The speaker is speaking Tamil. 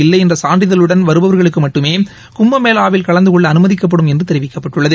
இல்லைஎன்றசான்றிதழுடன் வருபவர்களுக்குமட்டுமேகும்பமேளாவில் கலந்துகொள்ளஅனுமதிக்கப்படும் என்றுதெரிவிக்கப்பட்டுள்ளது